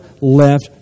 left